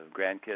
grandkids